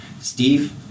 Steve